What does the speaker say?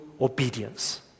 obedience